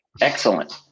excellent